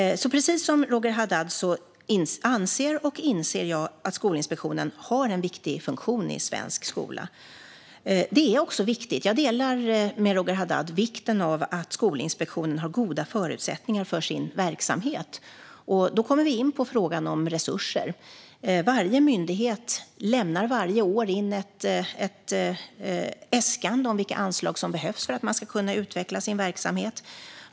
Precis som Roger Haddad anser och inser jag att Skolinspektionen har en viktig funktion i svensk skola. Jag håller också med Roger Haddad om att det är viktigt att Skolinspektionen har goda förutsättningar för sin verksamhet. Då kommer vi in på frågan om resurser. Varje myndighet lämnar varje år in ett äskande om vilka anslag man behöver för att kunna utveckla sin verksamhet.